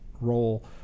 role